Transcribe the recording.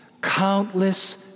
countless